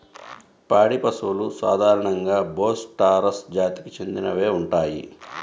పాడి పశువులు సాధారణంగా బోస్ టారస్ జాతికి చెందినవే ఉంటాయి